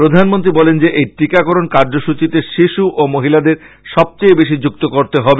প্রধানমন্ত্রী বলেন যে এই টিকাকরণ কার্যসূচিতে শিশু ও মহিলাদের সবচেয়ে বেশী যুক্ত করতে হবে